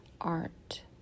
art